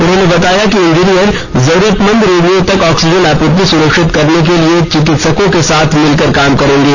उन्होंने बताया कि इंजीनियर जरूरतमंद रोगियों तक ऑक्सीजन आपूर्ति सुनिश्चित करने के लिए चिकित्सकों के साथ मिलकर काम करेंगे